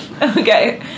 Okay